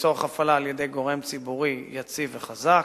לצורך הפעלה על-ידי גורם ציבורי יציב וחזק.